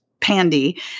pandy